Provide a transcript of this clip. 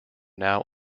now